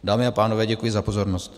Dámy a pánové, děkuji za pozornost.